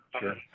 sure